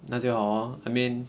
那就好 hor I mean